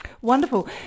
Wonderful